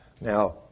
Now